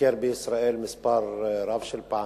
ביקר בישראל מספר רב של פעמים.